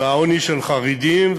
והעוני של חרדים,